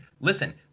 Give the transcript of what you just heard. listen